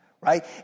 right